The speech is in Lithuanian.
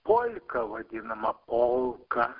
polka vadinama polka